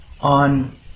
on